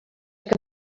que